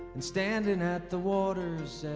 and standing at the water's